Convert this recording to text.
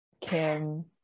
Kim